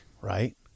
right